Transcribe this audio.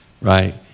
Right